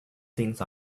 things